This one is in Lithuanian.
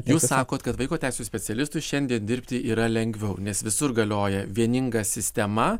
jūs sakot kad vaiko teisių specialistui šiandien dirbti yra lengviau nes visur galioja vieninga sistema